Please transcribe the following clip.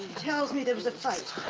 tells me there was a fight.